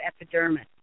epidermis